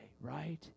right